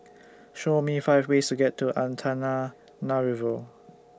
Show Me five ways to get to Antananarivo